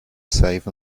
safe